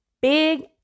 big